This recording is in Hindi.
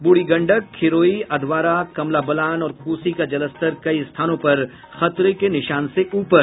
बूढ़ी गंडक खिरोई अधवारा कमला बलान और कोसी का जलस्तर कई स्थानों पर खतरे के निशान से ऊपर